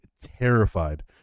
terrified